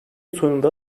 sonunda